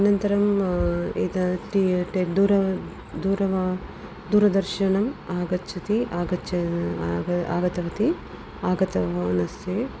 अनन्तरम् यदा टि टेद्दुर दूरव दूरदर्शनम् आगच्छति आगच्च आग आगतवती आगतवानस्मि